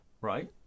Right